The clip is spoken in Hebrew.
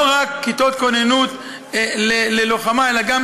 לא רק כיתות כוננות ללוחמה אלא גם,